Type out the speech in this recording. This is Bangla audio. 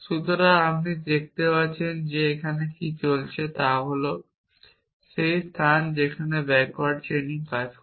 সুতরাং আপনি দেখতে পাচ্ছেন যে এখানে কী ঘটছে তা হল সেই স্থান যেখানে ব্যাকওয়ার্ড চেইনিং কাজ করে